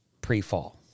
pre-fall